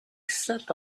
set